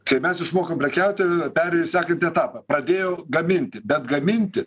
kai mes išmokom prekiauti perėjo į sekantį etapą pradėjo gaminti bet gaminti